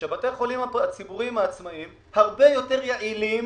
שבתי החולים הציבוריים העצמאיים הרבה יותר יעילים